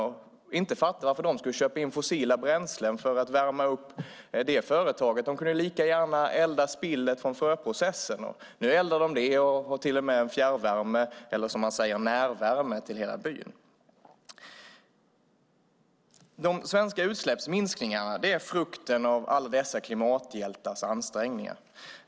Han fattade inte varför de skulle köpa in fossila bränslen för att värma upp företaget. De kunde lika gärna elda spillet från fröprocessen. Nu gör de det och har till och med fjärrvärme eller, som man säger, närvärme till hela byn. De svenska utsläppsminskningarna är frukten av alla dessa klimathjältars ansträngningar.